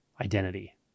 identity